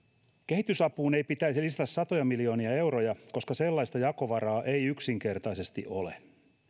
kehitysapuun ei pitäisi lisätä satoja miljoonia euroa koska sellaista jakovaraa ei yksinkertaisesti ole